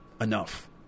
enough